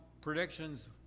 predictions